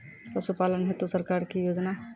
पशुपालन हेतु सरकार की योजना?